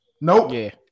Nope